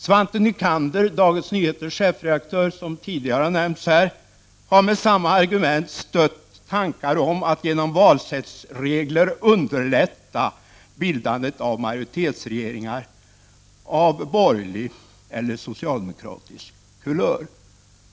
Svante Nycander, Dagens Nyheters chefredaktör, som tidigare har nämnts här, har med samma argument stött tankar om att genom valsättsregler underlätta bildandet av majoritetsregeringar av borgerlig eller socialdemokratisk kulör.